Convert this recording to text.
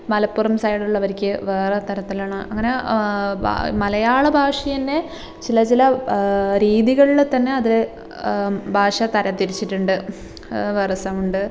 മലപ്പുറം സൈഡിലുള്ളവർക്ക് വേറെ തരത്തിലാണ് അങ്ങനെ ഭാ മലയാള ഭാഷതന്നെ ചില ചില രീതികളിൽ തന്നെ അതിൽ ഭാഷ തരം തിരിച്ചിട്ടുണ്ട് വേറെ സൗണ്ട്